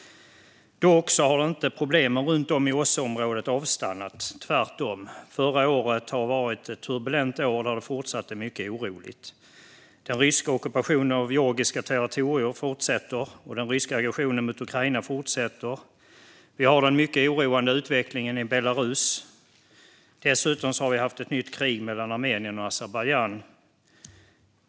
Dock har inte problemen runt om i OSSE-området avstannat. Tvärtom var förra året ett turbulent år, och det är fortfarande är mycket oroligt. Den ryska ockupationen av georgiska territorier fortsätter, och den ryska aggressionen mot Ukraina fortsätter. Vi har den mycket oroande utvecklingen i Belarus. Dessutom har det varit ett nytt krig mellan Armenien och Azerbajdzjan.